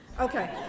Okay